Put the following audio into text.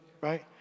right